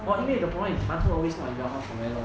orh 因为 the problem is 馒头 always not in the house for very long